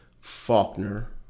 Faulkner